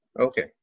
Okay